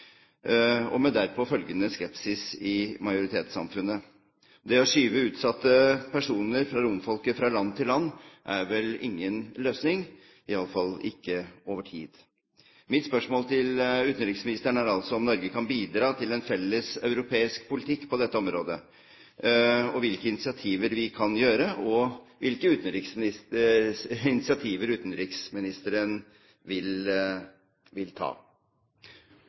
med derpå følgende skepsis i majoritetssamfunnet. Det å skyve utsatte personer fra romfolket fra land til land, gir ingen løsning. Kan Norge bidra til en felles europeisk politikk for integrering av romfolket, og hvilke initiativer kan og vil utenriksministeren ta i saken?» Jeg vil takke representanten Thommessen for et viktig spørsmål på et vanskelig, aktuelt og